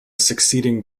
succeeding